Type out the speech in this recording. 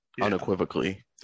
unequivocally